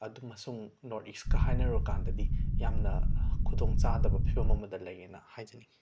ꯑꯗꯨꯃꯁꯨꯡ North ꯏꯁꯀ ꯍꯥꯏꯅꯔꯨꯕ ꯀꯥꯟꯗꯗꯤ ꯌꯥꯝꯅ ꯈꯨꯗꯣꯡꯆꯥꯗꯕ ꯐꯤꯕꯝ ꯑꯃꯗ ꯂꯩꯌꯦꯅ ꯍꯥꯏꯖꯅꯤꯡꯏ